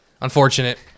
Unfortunate